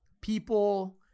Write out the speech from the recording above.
people